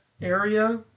area